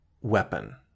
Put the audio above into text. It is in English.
weapon